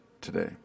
today